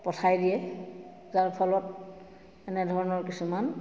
পঠাই দিয়ে যাৰ ফলত এনেধৰণৰ কিছুমান